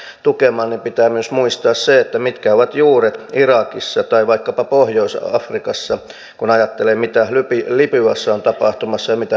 jos sitä lähdetään tukemaan niin pitää muistaa myös se mitkä ovat juuret irakissa tai vaikkapa pohjois afrikassa kun ajattelee mitä libyassa on tapahtumassa ja mitä voi tapahtua